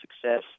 success